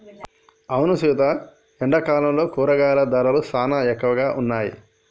అవును సీత ఎండాకాలంలో కూరగాయల ధరలు సానా ఎక్కువగా ఉన్నాయి